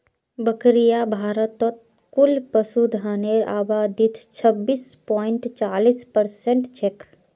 बकरियां भारतत कुल पशुधनेर आबादीत छब्बीस पॉइंट चालीस परसेंट छेक